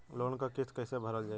Loan क किस्त कैसे भरल जाए?